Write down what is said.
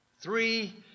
Three